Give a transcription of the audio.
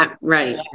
Right